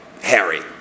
Harry